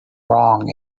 wrong